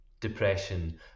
depression